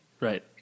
right